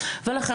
ולכן,